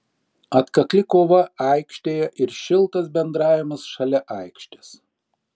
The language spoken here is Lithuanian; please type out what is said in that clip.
atkakli kova aikštėje ir šiltas bendravimas šalia aikštės